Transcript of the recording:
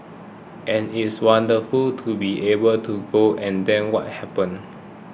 and it's wonderful to be able to go and then what happened